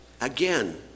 again